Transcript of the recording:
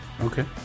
Okay